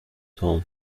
home